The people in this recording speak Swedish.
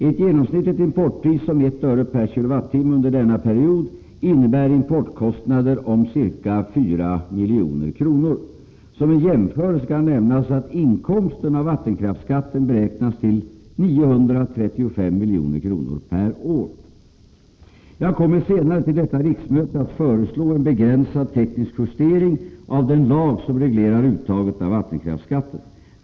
Ett genomsnittligt importpris om 1 öre/kWh under denna period innebär importkostnader om ca 4 milj.kr. Som en jämförelse kan nämnas att inkomsten av vattenkraftsskatten beräknas bli 935 milj.kr. per år. Jag kommer senare till detta riksmöte att föreslå en begränsad teknisk justering av den lag som reglerar uttaget av vattenkraftsskatten.